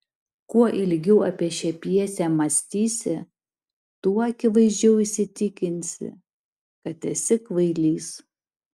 kuo ilgiau apie šią pjesę mąstysi tuo akivaizdžiau įsitikinsi kad esi kvailys